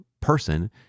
person